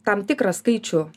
tam tikrą skaičių